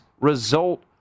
result